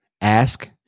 ask